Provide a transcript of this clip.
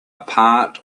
part